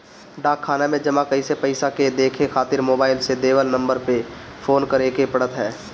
डाक खाना में जमा कईल पईसा के देखे खातिर मोबाईल से देवल नंबर पे फोन करे के पड़त ह